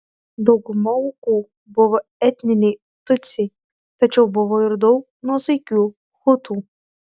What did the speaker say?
dauguma aukų buvo etniniai tutsiai tačiau buvo ir daug nuosaikių hutų